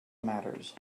matters